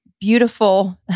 beautiful